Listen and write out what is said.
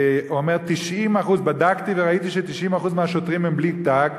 והוא אומר: 90% בדקתי וראיתי ש-90% מהשוטרים הם בלי תג.